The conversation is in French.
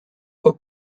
aux